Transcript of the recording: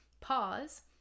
pause